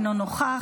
אינו נוכח,